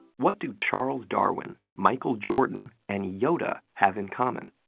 what do charles darwin, michael jordan, and yoda have in common?